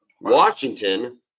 Washington